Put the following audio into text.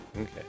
okay